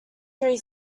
three